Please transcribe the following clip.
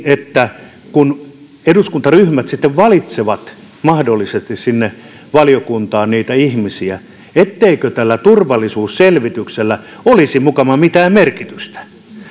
että kun eduskuntaryhmät sitten valitsevat mahdollisesti sinne valiokuntaan niitä ihmisiä tällä turvallisuusselvityksellä ei olisi mukamas mitään merkitystä